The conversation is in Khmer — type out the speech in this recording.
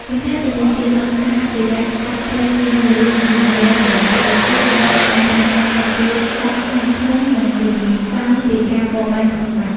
បន្ថែមពីនេះទៀត អង្គការអភិរក្សសត្វព្រៃនានា រួមជាមួយរដ្ឋបាលព្រៃឈើ បានខិតខំប្រឹងប្រែងការពារសត្វខ្លាឃ្មុំ និងទន្សោងពីការបរបាញ់ខុសច្បាប់។